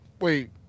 Wait